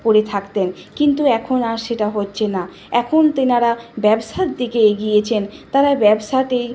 পড়ে থাকতেন কিন্তু এখন আর সেটা হচ্ছে না এখন তেনারা ব্যবসার দিকে এগিয়েছেন তারা ব্যবসাতেই